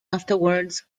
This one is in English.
afterwards